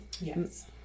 Yes